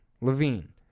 Levine